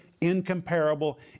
incomparable